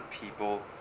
people